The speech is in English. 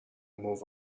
move